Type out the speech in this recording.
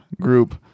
group